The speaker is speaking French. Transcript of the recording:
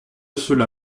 cela